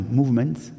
movements